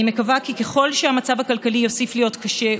אני מקווה כי ככל שהמצב הכלכלי יוסיף להיות קשה,